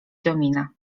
domina